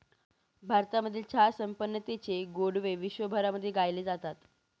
भारतामधील चहा संपन्नतेचे गोडवे विश्वभरामध्ये गायले जातात